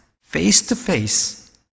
face-to-face